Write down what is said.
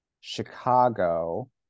Chicago